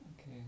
Okay